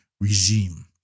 regime